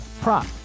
prop